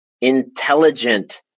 intelligent